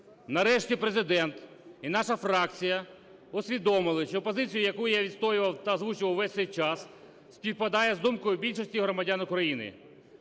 Нарешті, Президент і наша фракція усвідомили, що позицію, яку я відстоював та озвучував весь цей час, співпадає з думкою більшості громадян України.